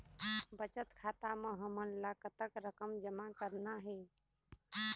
बचत खाता म हमन ला कतक रकम जमा करना हे?